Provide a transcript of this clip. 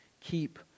keep